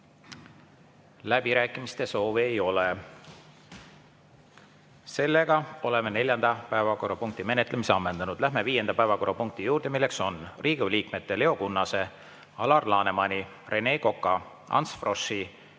Läbirääkimiste soovi ei ole. Oleme neljanda päevakorrapunkti menetlemise ammendanud. Läheme viienda päevakorrapunkti juurde, milleks on Riigikogu liikmete Leo Kunnase, Alar Lanemani, Rene Koka, Ants Froschi,